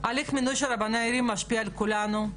הליך מינוי של רבני הערים משפיע על כולנו.